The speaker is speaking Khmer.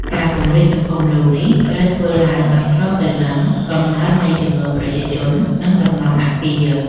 ការពង្រីកទំហំលូនេះ ត្រូវធ្វើឡើងឱ្យស្របទៅនឹងកំណើននៃចំនួនប្រជាជន និងសំណង់អគារ។